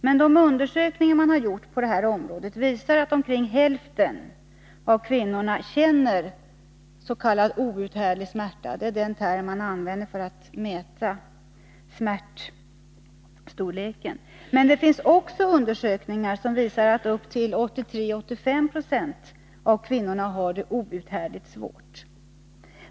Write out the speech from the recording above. Men de undersökningar som man har gjort på området visar att omkring hälften av kvinnorna känner s.k. outhärdlig smärta — den term som används för att ange smärtstorlek. Men det finns också undersökningar som visar att upp till 83-85 26 av kvinnorna har det outhärdligt svårt.